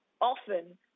often